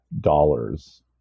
dollars